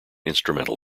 instrumental